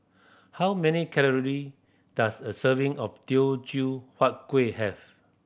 how many calorie does a serving of Teochew Huat Kuih have